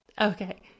okay